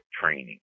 training